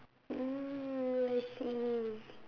mm I see